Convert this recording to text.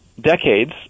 decades